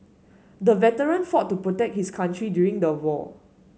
the veteran fought to protect his country during the war